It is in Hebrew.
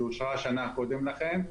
שאושרה שנה קודם לכן,